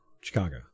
Chicago